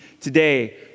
today